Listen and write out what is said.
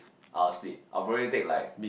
I'll split I'll probably take like